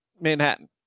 Manhattan